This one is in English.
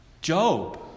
Job